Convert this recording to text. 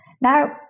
Now